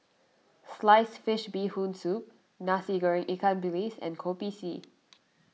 Sliced Fish Bee Hoon Soup Nasi Goreng Ikan Bilis and Kopi C